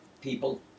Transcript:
people